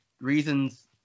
reasons